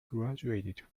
graduated